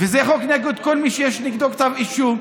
זה חוק נגד כל מי שיש נגדו כתב אישום.